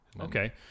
Okay